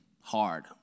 hard